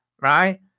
right